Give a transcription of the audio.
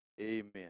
Amen